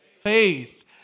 faith